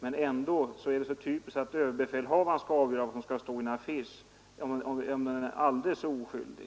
Det är så typiskt att överbefälhavaren skall avgöra vad som skall stå på en affisch, om den än är aldrig så oskyldig.